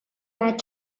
that